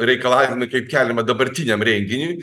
reikalavimai kaip keliama dabartiniam renginiui